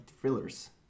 thrillers